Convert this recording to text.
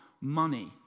money